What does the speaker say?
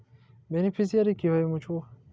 Beneficiary কিভাবে মুছব?